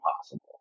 possible